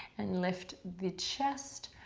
and lift the chest.